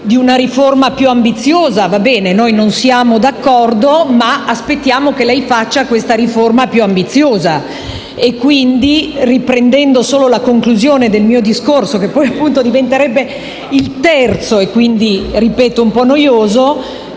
di una riforma più ambiziosa, va bene; non siamo d'accordo, ma aspettiamo che lei faccia questa riforma più ambiziosa. Quindi, riprendendo solo la conclusione del mio discorso (che diventerebbe il terzo, quindi sarebbe un po' noioso),